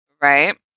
Right